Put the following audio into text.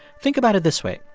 think about it this way.